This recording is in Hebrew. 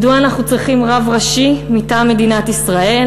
מדוע אנחנו צריכים רב ראשי מטעם מדינת ישראל?